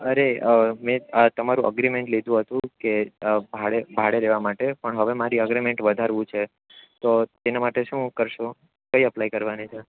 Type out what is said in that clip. અરે મેં આ તમારું અગ્રીમેંટ લીધું હતું કે ભાડે ભાડે રહેવા માટે પણ હવે મારે એ અગ્રીમેંટ વધારવું છે તો તેના માટે શું કરશો કઈ અપ્લાય કરવાની છે